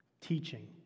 Teaching